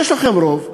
יש לכם רוב.